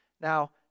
now